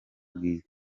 bwiza